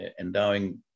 endowing